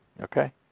Okay